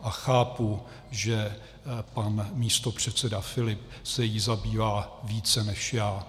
A chápu, že pan místopředseda Filip se jí zabývá více než já.